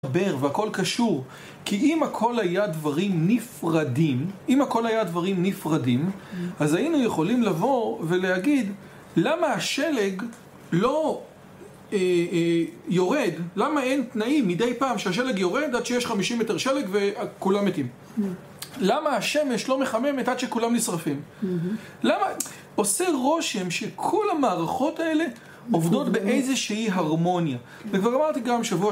והכל קשור כי אם הכל היה דברים נפרדים אם הכל היה דברים נפרדים אז היינו יכולים לבוא ולהגיד למה השלג לא יורד למה אין תנאים מדי פעם שהשלג יורד עד שיש 50 מטר שלג וכולם מתים למה השמש לא מחממת עד שכולם נשרפים למה... עושה רושם שכל המערכות האלה עובדות באיזושהי הרמוניה וכבר אמרתי גם שבוע